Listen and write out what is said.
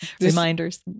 Reminders